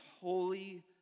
holy